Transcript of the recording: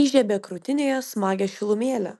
įžiebė krūtinėje smagią šilumėlę